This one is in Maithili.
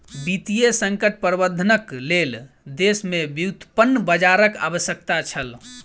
वित्तीय संकट प्रबंधनक लेल देश में व्युत्पन्न बजारक आवश्यकता छल